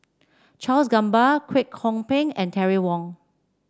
Charles Gamba Kwek Hong Png and Terry Wong